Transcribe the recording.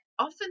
often